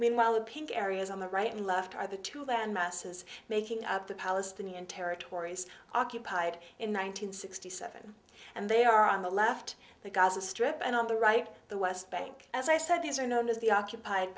meanwhile the pink areas on the right and left are the two land masses making up the palestinian territories occupied in one thousand nine hundred sixty seven and they are on the left the gaza strip and on the right the west bank as i said these are known as the occupied